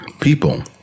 people